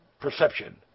perception